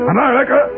America